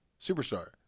superstar